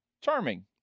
Charming